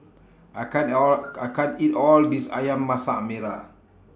I can't All I can't eat All This Ayam Masak Merah